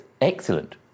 excellent